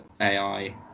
AI